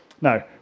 now